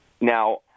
Now